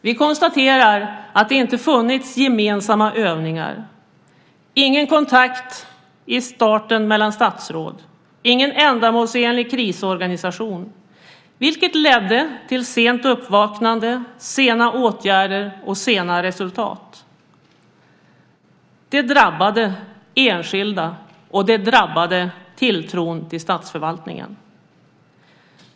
Vi konstaterar att det inte funnits gemensamma övningar, ingen kontakt i starten mellan statsråd, ingen ändamålsenlig krisorganisation, vilket ledde till sent uppvaknande, sena åtgärder och sena resultat. Det drabbade enskilda, och det drabbade tilltron till statsförvaltningen.